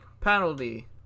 penalty